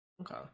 Okay